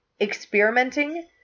Experimenting